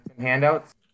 handouts